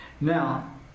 now